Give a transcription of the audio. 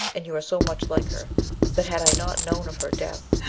and you are so much like her that had i not known of her death,